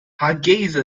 hargeysa